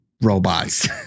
robots